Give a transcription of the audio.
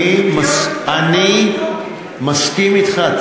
אני מסכים אתך.